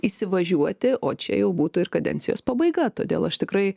įsivažiuoti o čia jau būtų ir kadencijos pabaiga todėl aš tikrai